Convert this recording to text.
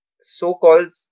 so-called